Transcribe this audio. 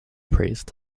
praised